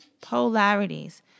polarities